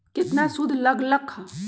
केतना सूद लग लक ह?